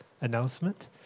announcement